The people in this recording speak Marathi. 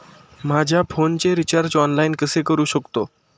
माझ्या फोनचे रिचार्ज ऑनलाइन कसे करू शकतो?